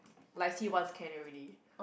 like see once can already